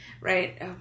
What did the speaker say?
right